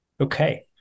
Okay